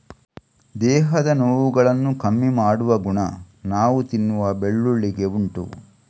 ದೇಹದ ನೋವುಗಳನ್ನ ಕಮ್ಮಿ ಮಾಡುವ ಗುಣ ನಾವು ತಿನ್ನುವ ಬೆಳ್ಳುಳ್ಳಿಗೆ ಉಂಟು